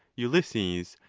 ulysses,